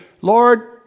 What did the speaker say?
Lord